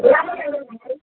गुलाब जो